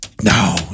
No